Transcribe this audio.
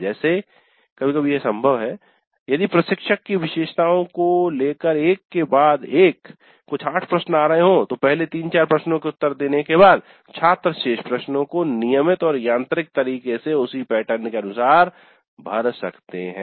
जैसे कभी कभी यह संभव है यदि प्रशिक्षक की विशेषताओं को लेकर एक के बाद एक कुछ आठ प्रश्न आ रहे हों तो पहले 3 4 प्रश्नों के उत्तर देने के बाद छात्र शेष प्रश्नों को नियमित और यांत्रिक तरीके से उसी पैटर्न के अनुसार भर सकते हैं